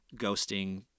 ghosting